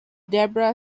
debra